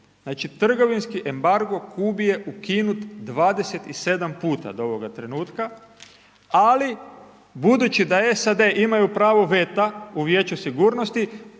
Znači trgovinski embargo Kubi je ukinut 27 puta do ovoga trenutka ali budući da SAD imaju pravo veta u Vijeću sigurnosti